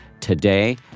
today